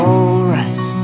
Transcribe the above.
Alright